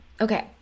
Okay